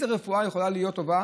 איזו רפואה יכולה להיות טובה,